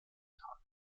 tage